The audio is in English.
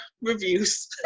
reviews